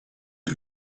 you